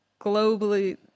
globally